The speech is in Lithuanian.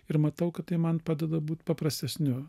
ir matau kad tai man padeda būt paprastesniu